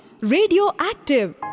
Radioactive